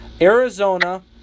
Arizona